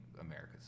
America's